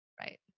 right